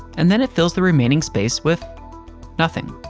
and then it fills the remaining space with nothing.